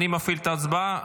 אני מפעיל את ההצבעה.